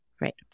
Right